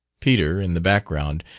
peter, in the background,